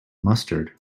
mustard